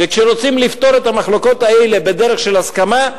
וכשרוצים לפתור את המחלוקות האלה בדרך של הסכמה,